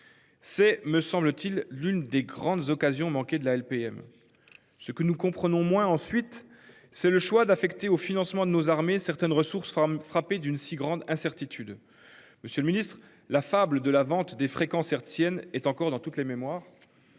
C'est me semble-t-il, l'une des grandes occasions manquées de la LPM. Ce que nous comprenons moins ensuite, c'est le choix d'affecter au financement de nos armées certaines ressources femmes frappées d'une si grande incertitude. Monsieur le Ministre, la fable de la vente des fréquences hertziennes est encore dans toutes les mémoires.